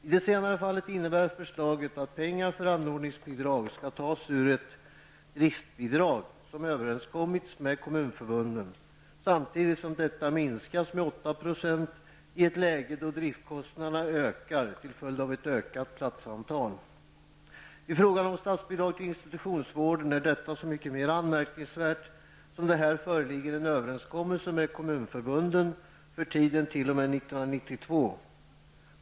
I det senare fallet innebär förslaget att pengar för anordningsbidrag skall tas ur ett driftbidrag som överenskommits med kommunförbunden samtidigt som detta minskas med 8 %, i ett läge då driftkostnaderna ökar till följd av ett ökat platsantal. Detta är så mycket mera anmärkningsvärt som det här föreligger en överenskommelse med kommunförbunden för tiden t.o.m. 1992.